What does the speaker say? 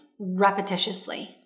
repetitiously